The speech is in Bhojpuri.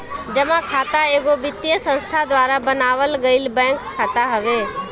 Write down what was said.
जमा खाता एगो वित्तीय संस्था द्वारा बनावल गईल बैंक खाता हवे